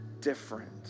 different